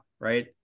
right